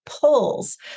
pulls